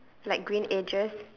like green edges